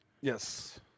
Yes